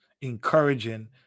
encouraging